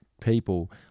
people